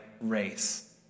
race